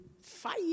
fire